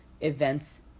events